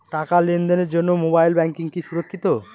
টাকা লেনদেনের জন্য মোবাইল ব্যাঙ্কিং কি সুরক্ষিত?